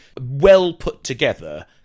well-put-together